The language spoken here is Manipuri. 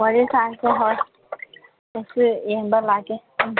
ꯋꯥꯔꯤ ꯁꯥꯟꯅꯁꯦ ꯍꯣꯏ ꯑꯩꯁꯨ ꯌꯦꯡꯕ ꯂꯥꯛꯀꯦ ꯎꯝ